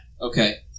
Okay